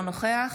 אינו נוכח